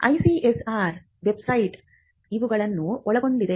ICSR website ಇವುಗಳನ್ನು ಒಳಗೊಂಡಿದೆ